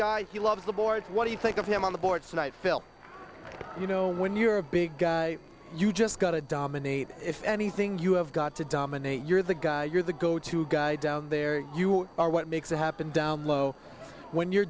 guy he loves the boards what do you think of him on the boards tonight phil you know when you're a big guy you just got to dominate if anything you have got to dominate you're the guy you're the go to guy down there you are what makes it happen down low when you're